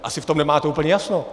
Asi v tom nemáte úplně jasno.